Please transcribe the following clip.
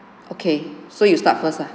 okay so you start first lah